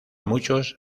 muchos